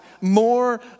more